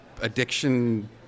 addiction